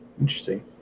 Interesting